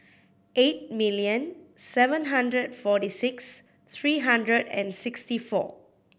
eight million seven hundred forty six three hundred and sixty four